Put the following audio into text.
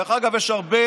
דרך אגב, יש הרבה